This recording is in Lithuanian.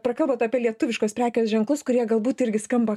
prakalbot apie lietuviškus prekės ženklus kurie galbūt irgi skamba